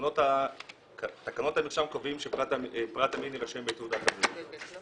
תקנות המרשם קובעים שפרט המין ירשם בתעודת הזהות.